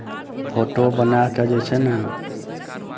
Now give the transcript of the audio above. photo बनाए कऽ जे छै ने